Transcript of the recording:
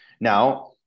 Now